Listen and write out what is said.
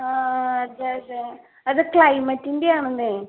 ആ അതെ അതെ അത് ക്ലൈമറ്റിൻ്റെ ആണെന്നേ